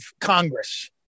Congress